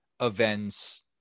events